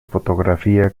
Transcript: fotografía